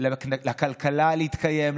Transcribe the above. לכלכלה להתקיים,